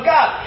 God